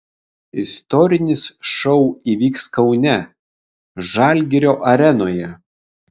istorinis šou įvyks kaune žalgirio arenoje